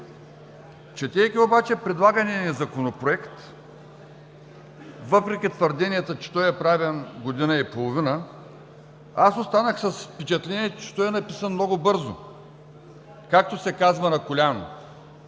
Четейки обаче предлагания ни Законопроект, въпреки твърденията, че той е правен година и половина, аз останах с впечатлението, че той е написан много бързо, както се казва – на коляно,